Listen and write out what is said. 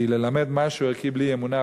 כי ללמד משהו ערכי בלי אמונה,